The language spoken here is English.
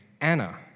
Anna